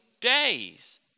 days